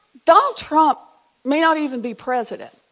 donald trump may not even be president